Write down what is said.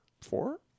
Four